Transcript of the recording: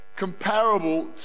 comparable